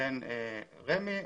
בין רשות מקרקעי ישראל,